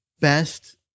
best